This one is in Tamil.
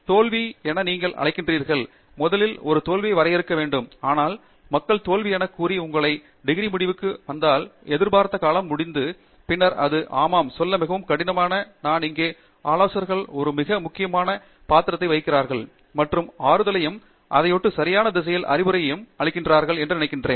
ஒரு தோல்வி என நீங்கள் அழைக்கிறீர்கள் முதலில் ஒரு தோல்வியை வரையறுக்க வேண்டும் ஆனால் மக்கள் தோல்வி எனக் கூறி உங்கள் பட்டம் முடிவுக்கு வந்தால் எதிர்பார்த்த காலம் முடிந்தது பின்னர் ஆமாம் சொல்ல மிகவும் கடினம் நான் எங்கே ஆலோசகர்கள் ஒரு மிக முக்கியமான பாத்திரத்தை வகிக்கிறார்கள் மற்றும் ஆறுதலையும் அதையொட்டி சரியான திசையில் அறிவுரையும் அளிக்கிறார்கள் என்று நினைக்கிறேன்